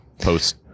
post